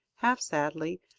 half sadly,